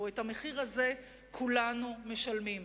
את המחיר הזה כולנו משלמים,